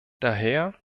daher